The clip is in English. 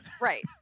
Right